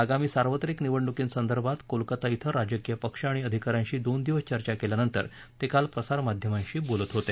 आगामी सार्वत्रिक निवडणुकीसंदर्भात कोलकाता इथं राजकीय पक्ष आणि अधिकाऱ्यांशी दोन दिवस चर्चा केल्यानंतर ते काल प्रसारमाध्यमांशी बोलत होते